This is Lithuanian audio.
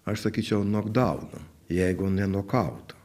aš sakyčiau nokdauno jeigu ne nokauto